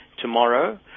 tomorrow